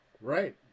Right